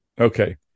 Okay